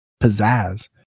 pizzazz